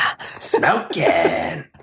Smoking